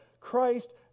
Christ